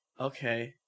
okay